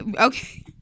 okay